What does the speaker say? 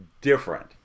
different